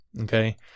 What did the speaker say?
Okay